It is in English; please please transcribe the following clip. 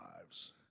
lives